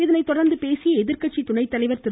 இதனைத தொடர்ந்து பேசிய எதிர்கட்சித் துணைத்தலைவர் திரு